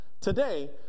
today